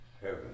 heaven